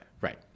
Right